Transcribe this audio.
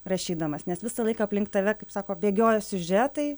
rašydamas nes visą laiką aplink tave kaip sako bėgioja siužetai